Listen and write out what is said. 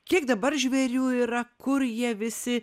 kiek dabar žvėrių yra kur jie visi